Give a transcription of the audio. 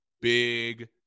big